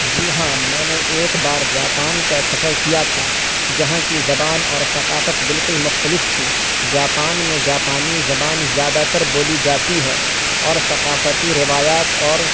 جی ہاں میں نے ایک بار جاپان کا سفر کیا تھا جہاں کی زبان اور ثقافت بالکل مختلف تھی جاپان میں جاپانی زبان زیادہ تر بولی جاتی ہے اور ثقافتی روایات اور